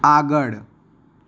આગળ